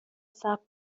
صبر